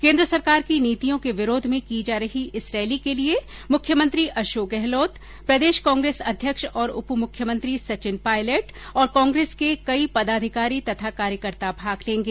केन्द्र सरकार की नीतियों के विरोध में की जा रही इस रैली के लिए मुख्यमंत्री अशोक गहलोत प्रदेश कांग्रेस अध्यक्ष और उपमुख्यमंत्री सचिन पायलट और कांग्रेस के कई पदाधिकारी तथा कार्यकर्ता भाग लेंगे